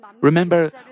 Remember